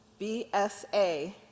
BSA